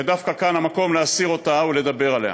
ודווקא כאן המקום להסיר אותה ולדבר עליה.